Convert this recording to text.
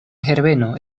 herbeno